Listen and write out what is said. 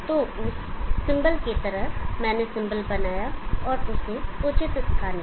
तो उस सिंबल की तरह मैंने सिंबल बनाया और उसे उचित स्थान दिया